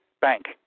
bank